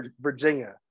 Virginia